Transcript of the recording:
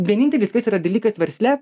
vienintelis kas yra dalykas versle